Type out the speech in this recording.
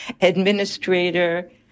administrator